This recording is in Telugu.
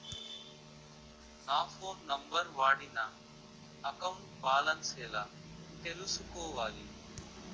నా ఫోన్ నంబర్ వాడి నా అకౌంట్ బాలన్స్ ఎలా తెలుసుకోవాలి?